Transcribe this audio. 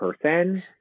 person